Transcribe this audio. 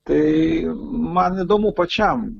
tai man įdomu pačiam